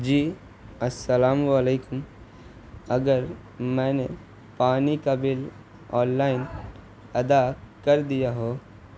جی السلام علیکم اگر میں نے پانی کا بل آن لائن ادا کر دیا ہو